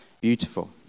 beautiful